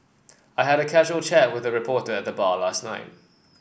I had a casual chat with a reporter at the bar last night